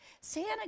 Santa